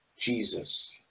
jesus